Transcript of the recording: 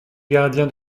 gardien